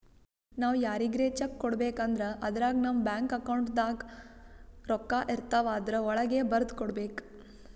ನಾವ್ ಯಾರಿಗ್ರೆ ಚೆಕ್ಕ್ ಕೊಡ್ಬೇಕ್ ಅಂದ್ರ ಅದ್ರಾಗ ನಮ್ ಬ್ಯಾಂಕ್ ಅಕೌಂಟ್ದಾಗ್ ರೊಕ್ಕಾಇರ್ತವ್ ಆದ್ರ ವಳ್ಗೆ ಬರ್ದ್ ಕೊಡ್ಬೇಕ್